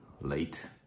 late